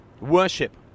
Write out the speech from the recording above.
worship